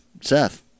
Seth